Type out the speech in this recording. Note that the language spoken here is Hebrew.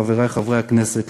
חברי חברי הכנסת,